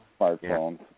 smartphones